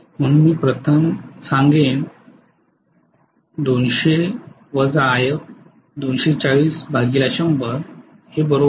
म्हणून मी प्रथम सांगण्यास सक्षम असावे 200 If 240100 2